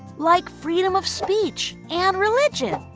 like freedom of speech and religion,